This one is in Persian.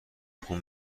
خون